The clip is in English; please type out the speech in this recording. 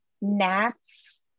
gnats